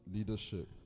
Leadership